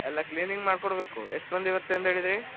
ಎಲ್ಲ ಕ್ಲೀನಿಂಗ್ ಮಾಡ್ಕೊಡಬೇಕು ಎಷ್ಟು ಮಂದಿ ಬರ್ತೇವೆ ಅಂದು ಹೇಳಿದಿರೀ